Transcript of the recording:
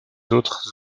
autres